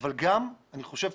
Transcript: אבל גם תכבדו